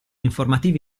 informativi